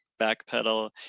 backpedal